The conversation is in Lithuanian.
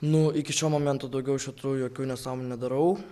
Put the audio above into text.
nu iki šio momento daugiau šitų jokių nesąmonių nedarau